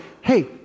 hey